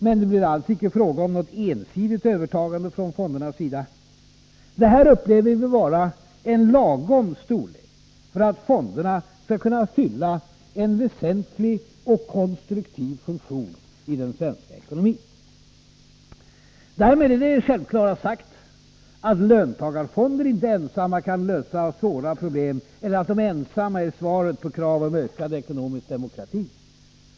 Men det blir alls icke fråga om något ensidigt övertagande från fondernas sida. Detta upplever vi vara en lagom storlek för att fonderna skall kunna fylla en väsentlig och konstruktiv funktion i den svenska ekonomin. Därmed är det självklara sagt att löntagarfonderna inte ensamma kan lösa svåra problem eller att de ensamma är svaret på krav på ökad ekonomisk demokrati.